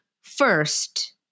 first